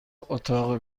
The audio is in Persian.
اتاق